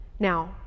Now